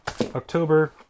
October